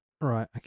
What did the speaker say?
Right